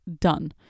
Done